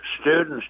students